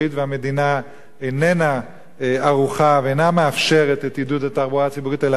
והמדינה אינה ערוכה ואינה מאפשרת את עידוד התחבורה הציבורית אלא ההיפך,